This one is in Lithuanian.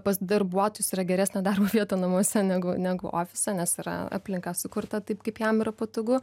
pas darbuotojus yra geresnė darbo vieta namuose negu negu ofise nes yra aplinka sukurta taip kaip jam yra patogu